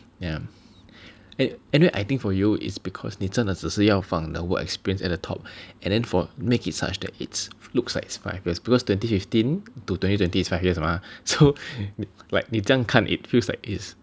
eh anyway I think for you is because 你真的只是要放 the work experience at the top and then for make it such that it's looks like it's five years because twenty fifteen to twenty twenty it's five years mah so like 你这样看 it feels like it's